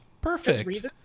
Perfect